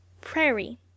Prairie